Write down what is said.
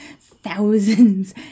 thousands